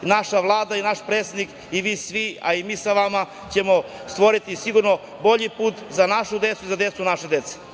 Naša Vlada i naš predsednik i vi svi, a i mi sa vama ćemo stvoriti sigurno bolji put za našu decu i za decu naše dece.